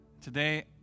Today